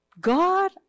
God